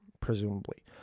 presumably